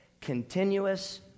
continuous